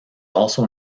also